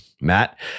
Matt